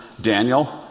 Daniel